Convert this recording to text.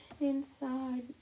inside